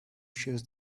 shows